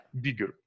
bigger